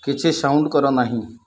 କିଛି ସାଉଣ୍ଡ୍ କର ନାହିଁ